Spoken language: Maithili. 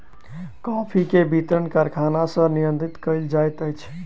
कॉफ़ी के वितरण कारखाना सॅ नियंत्रित कयल जाइत अछि